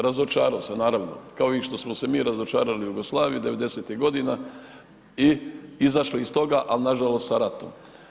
Razočarao se, naravno, kao i što smo se mi razočarali u Jugoslaviju '90.-tih godina i izašli iz toga ali nažalost sa ratom.